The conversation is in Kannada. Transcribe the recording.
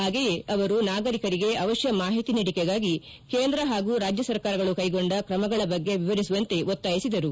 ಹಾಗೆಯೇ ಅವರು ನಾಗರಿಕರಿಗೆ ಅವತ್ತ ಮಾಹಿತಿ ನೀಡಿಕೆಗಾಗಿ ಕೇಂದ್ರ ಹಾಗೂ ರಾಜ್ಯ ಸರ್ಕಾರಗಳು ಕೈಗೊಂಡ ತ್ರಮಗಳ ಬಗ್ಗೆ ವಿವರಿಸುವಂತೆ ಒತ್ತಾಯಿಸಿದರು